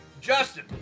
Justin